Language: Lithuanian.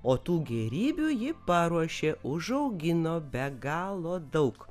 o tų gėrybių ji paruošė užaugino be galo daug